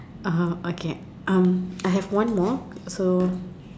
uh okay um I have one more so